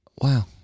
wow